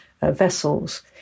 vessels